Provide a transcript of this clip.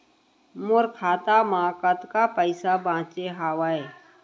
मोर खाता मा कतका पइसा बांचे हवय?